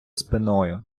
спиною